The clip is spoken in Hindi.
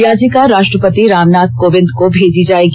याचिका राष्ट्रपति रामनाथ कोविन्द को भेजी जाएगी